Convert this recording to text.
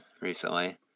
recently